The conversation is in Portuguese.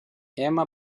emma